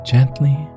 Gently